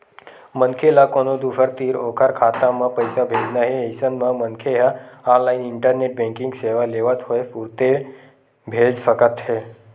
मनखे ल कोनो दूसर तीर ओखर खाता म पइसा भेजना हे अइसन म मनखे ह ऑनलाइन इंटरनेट बेंकिंग सेवा लेवत होय तुरते भेज सकत हे